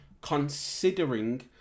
considering